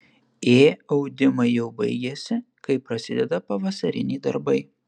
ė audimai jau baigiasi kai prasideda pavasariniai darbai